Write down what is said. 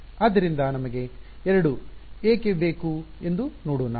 ಆದ್ದರಿಂದ ನಮಗೆ 2 ಏಕೆ ಬೇಕು ಎಂದು ನೋಡೋಣ